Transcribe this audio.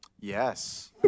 Yes